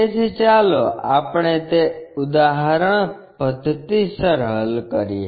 તેથી ચાલો આપણે તે ઉદાહરણ પદ્ધતિસર હલ કરીએ